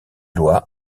loi